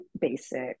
basic